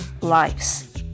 lives